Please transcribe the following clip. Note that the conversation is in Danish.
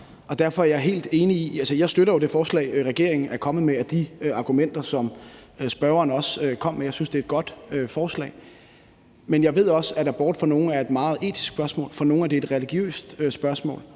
om abort, er den meget polariseret. Jeg støtter jo det forslag, regeringen er kommet med, og de argumenter, som spørgeren også kom med. Jeg synes, det er et godt forslag. Men jeg ved også, at abort for nogle er et meget etisk spørgsmål, og at det for nogle er et religiøst spørgsmål.